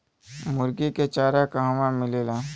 मुर्गी के चारा कहवा मिलेला?